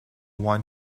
one